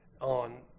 on